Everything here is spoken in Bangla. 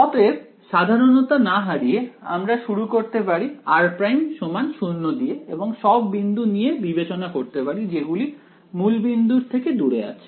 অতএব সাধারণতা না হারিয়ে আমরা শুরু করতে পারি r'0 দিয়ে এবং সব বিন্দু নিয়ে বিবেচনা করতে পারি যেগুলি মূলবিন্দু এর থেকে দূরে আছে